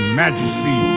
majesty